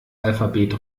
alphabet